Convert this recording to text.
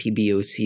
PBOC